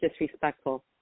disrespectful